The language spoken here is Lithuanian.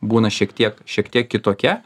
būna šiek tiek šiek tiek kitokia